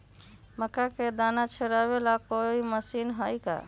मक्का के दाना छुराबे ला कोई मशीन हई का?